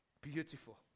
Beautiful